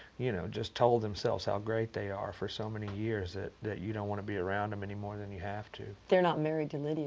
you know, just told themselves how great they are for so many years that that you don't want to be around them anymore than you have to. they're not married to lydia,